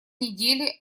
неделе